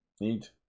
Neat